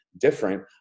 different